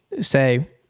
say